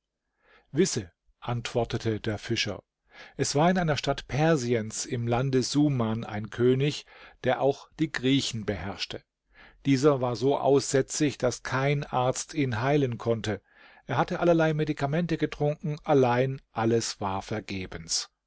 wisse antwortete der fischer es war in einer stadt persiens im lande suman ein könig der auch die griechen beherrschte dieser war so aussätzig daß kein arzt ihn heilen konnte er hatte allerlei medikamente getrunken allein alles war vergebens